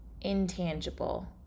intangible